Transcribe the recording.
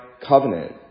covenant